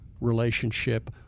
relationship